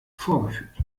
vorgeführt